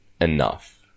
enough